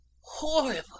Horrible